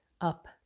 up